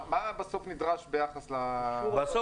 מה בסוף נדרש ביחס ל -- בסוף,